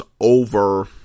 over